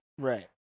Right